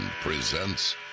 presents